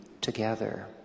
together